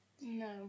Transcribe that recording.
No